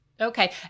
Okay